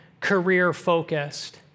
career-focused